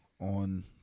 on